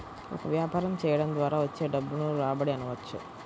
ఒక వ్యాపారం చేయడం ద్వారా వచ్చే డబ్బును రాబడి అనవచ్చు